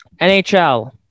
nhl